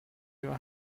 your